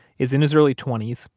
is in his early twenty s.